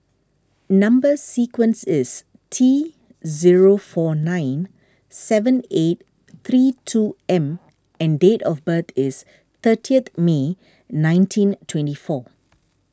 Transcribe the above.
Number Sequence is T zero four nine seven eight three two M and date of birth is thirtieth May nineteen twenty four